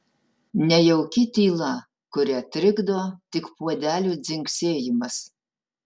nejauki tyla kurią trikdo tik puodelių dzingsėjimas